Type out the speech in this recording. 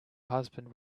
husband